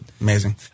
Amazing